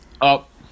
up